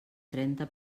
trenta